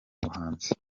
buhanzi